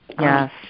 Yes